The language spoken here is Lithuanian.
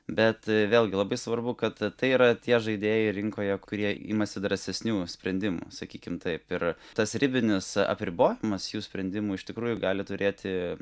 bet vėlgi labai svarbu kad tai yra tie žaidėjai rinkoje kurie imasi drąsesnių sprendimų sakykim taip ir tas ribinis apribojimas jų sprendimų iš tikrųjų gali turėti